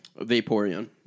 Vaporeon